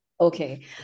Okay